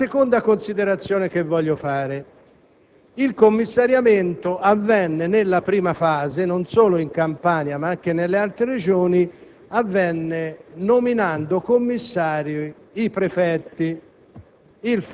La seconda considerazione che voglio fare è che il commissariamento avvenne nella prima fase, non solo in Campania ma anche nelle altre Regioni, nominando commissari i prefetti: